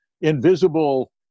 invisible